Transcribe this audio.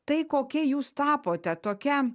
tai kokia jūs tapote tokia